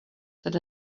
that